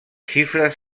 xifres